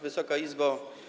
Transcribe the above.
Wysoka Izbo!